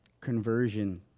conversion